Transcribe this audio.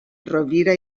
rovira